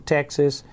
Texas